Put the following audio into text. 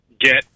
get